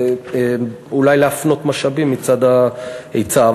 ואולי להפנות משאבים מצד ההיצע.